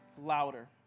louder